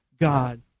God